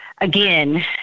again